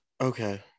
Okay